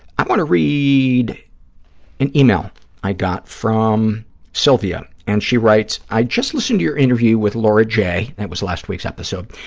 i want to read an yeah e-mail i got from sylvia, and she writes, i just listened to your interview with laura j. that was last week's episode.